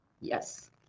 Yes